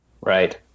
Right